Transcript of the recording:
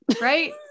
right